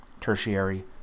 Tertiary